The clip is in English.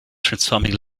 transforming